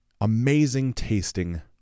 amazing-tasting